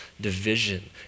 division